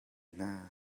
hna